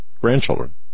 grandchildren